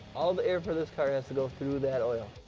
all the air for this car has to go through that oil.